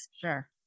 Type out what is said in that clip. Sure